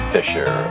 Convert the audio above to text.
Fisher